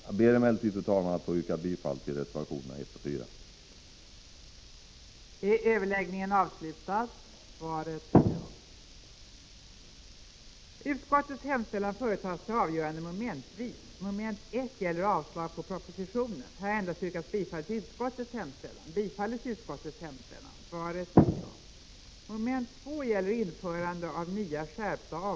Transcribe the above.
Jag ber, fru talman, att få yrka bifall till reservationerna 1 och 4 i jordbruksutskottets betänkande 11.